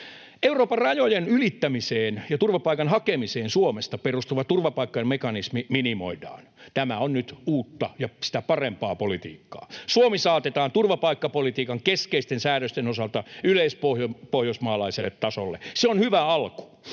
Euroopan rajojen ylittämiseen ja turvapaikan hakemiseen Suomesta perustuva turvapaikkamekanismi minimoidaan. Tämä on nyt uutta ja sitä parempaa politiikkaa. Suomi saatetaan turvapaikkapolitiikan keskeisten säädösten osalta yleispohjoismaalaiselle tasolle. Se on hyvä alku.